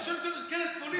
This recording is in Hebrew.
נגד הראשון לציון, כנס פוליטי.